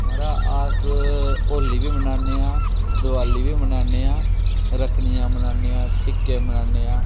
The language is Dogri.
महाराज अस होली बी मनाने आं दवाली बी मनाने आं रक्खड़ियां मनाने आं ट्टिके मनाने आं